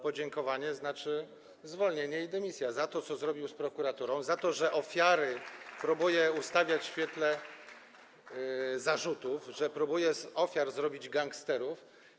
Podziękowania, czyli zwolnienie i dymisja, za to, co zrobił z prokuraturą, za to, że ofiary próbuje stawiać w świetle zarzutów, że próbuje z ofiar zrobić gangsterów.